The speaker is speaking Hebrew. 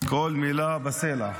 כל מילה בסלע.